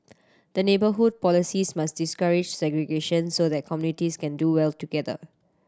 the neighbourhood policies must discourage segregation so that communities can do well together